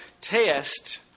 test